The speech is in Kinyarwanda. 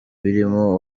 birimo